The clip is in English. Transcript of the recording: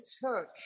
church